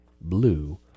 Blue